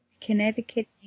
Connecticut